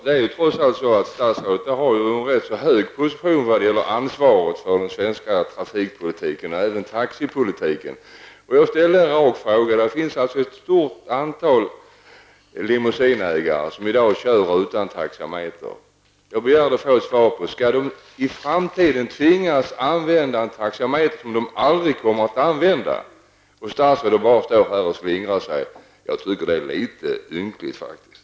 Det är ju trots allt så att statsrådet har en ganska hög position när det gäller ansvaret för den svenska trafikpolitiken och även för taxipolitiken. Jag ställde en rak fråga. Det finns alltså ett stort antal limousinägare som i dag kör utan taxameter. Jag begär att få svar på frågan: Skall de i framtiden tvingas ha en taxameter som de aldrig kommer att använda? Statsrådet bara slingrar sig. Jag tycker faktiskt att det är litet ynkligt.